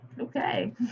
Okay